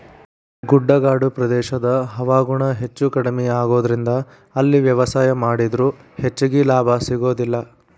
ಗುಡ್ಡಗಾಡು ಪ್ರದೇಶದ ಹವಾಗುಣ ಹೆಚ್ಚುಕಡಿಮಿ ಆಗೋದರಿಂದ ಅಲ್ಲಿ ವ್ಯವಸಾಯ ಮಾಡಿದ್ರು ಹೆಚ್ಚಗಿ ಲಾಭ ಸಿಗೋದಿಲ್ಲ